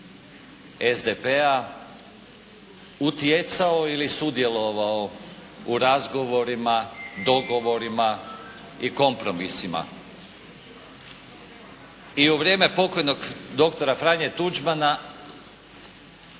SDP-a utjecao ili sudjelovao u razgovorima, dogovorima i kompromisima. I u vrijeme pokojnog dr. Franje Tuđmana